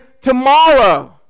tomorrow